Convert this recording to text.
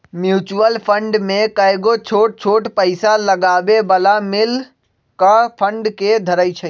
mutual fund में कयगो छोट छोट पइसा लगाबे बला मिल कऽ फंड के धरइ छइ